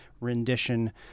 rendition